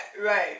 right